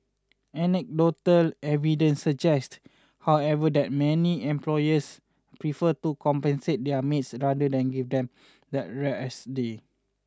anecdotal evidence suggests however that many employers prefer to compensate their maids rather than give them that rest day